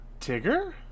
Tigger